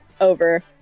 over